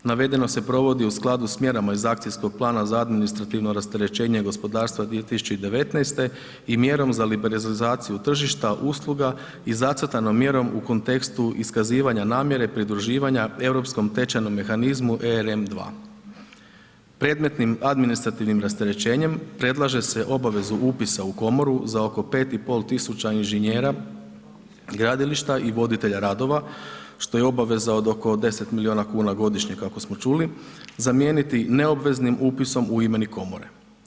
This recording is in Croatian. Navedeno se provodi u skladu sa mjerama iz akcijskog plana za administrativno rasterećenje gospodarstva 2019. i mjerom za liberalizaciju tržišta, usluga i zacrtanom mjerom u kontekstu iskazivanja namjere pridruživanja europskom tečajnom mehanizmu ERM 2. Predmetnim administrativnim rasterećenjem, predlaže se obavezu upisa u komoru za oko 5500 inženjera gradilišta i voditelja radova što je obaveza od oko 10 milijuna kuna godišnje kako smo čuli zamijeniti neobveznim upisom u imenik komore.